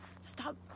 Stop